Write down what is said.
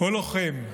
כל לוחם,